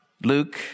Luke